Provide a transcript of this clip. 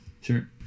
Sure